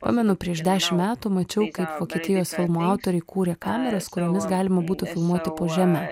pamenu prieš dešim metų mačiau kaip vokietijos filmų autoriai kūrė kameras kuriomis galima būtų filmuoti po žeme